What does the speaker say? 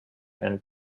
and